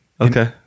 Okay